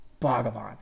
Bhagavan